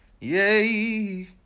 Yay